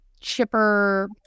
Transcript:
chipper